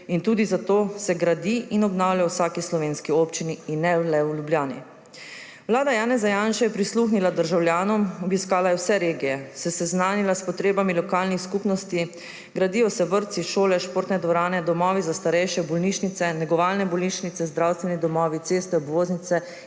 in tudi zato se gradi in obnavlja v vsaki slovenski občini, ne le v Ljubljani. Vlada Janeza Janše je prisluhnila državljanom. Obiskala je vse regije, se seznanila s potrebami lokalnih skupnosti, gradijo se vrtci, šole, športne dvorane, domovi za starejše, bolnišnice, negovalne bolnišnice, zdravstveni domovi, ceste, obvoznice